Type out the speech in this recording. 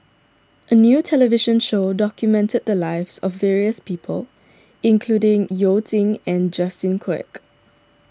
a new television show documented the lives of various people including You Jin and Justin Quek